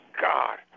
God